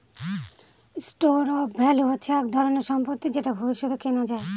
store of value হচ্ছে এক ধরনের সম্পত্তি যেটা ভবিষ্যতে কেনা যায়